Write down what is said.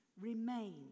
remain